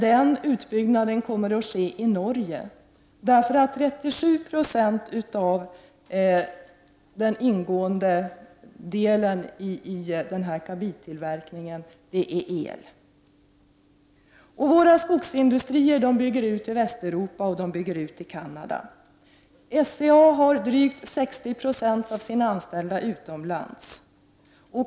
Denna utbyggnad kommer att ske i Norge, eftersom 37 20 av den ingående delen i karbidtillverkningen är el. Våra skogsindustrier bygger ut i Västeuropa och i Canada. SCA har nu drygt 60 90 av sina anställda utomlands.